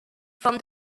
from